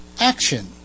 action